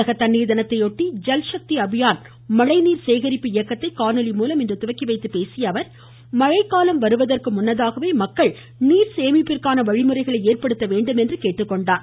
உலக தண்ணீர் தினத்தையொட்டி ஜல்ஷக்தி அபியான் மழை நீர் சேகரிப்பு இயக்கத்தை காணொலி மூலம் இன்று தொடங்கி வைத்து பேசியஅவர் மழை காலம் வருவதற்கு முன்னதாகவே மக்கள் நீர் சேமிப்பிற்கான வழிமுறைகளை ஏற்படுத்த வேண்டும் என்று கேட்டுக்கொண்டார்